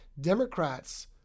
Democrats